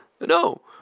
No